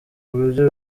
buryo